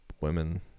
women